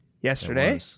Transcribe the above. yesterday